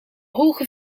hoge